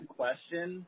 question –